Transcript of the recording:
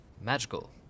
magical